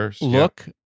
look